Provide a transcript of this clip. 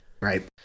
right